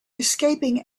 escaping